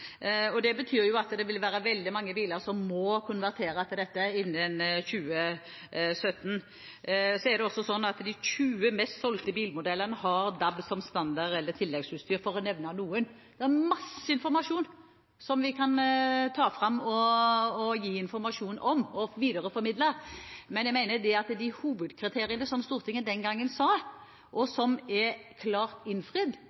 biler. Det betyr jo at det vil være veldig mange biler som må konvertere til dette innen 2017. Så er det også sånn at de 20 mest solgte bilmodellene har DAB som standard- eller tilleggsutstyr, for å nevne noe. Det er masse informasjon som vi kan ta fram og videreformidle, men jeg mener at de hovedkriteriene som Stortinget den gangen satt, og som er klart innfridd,